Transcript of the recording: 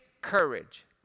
courage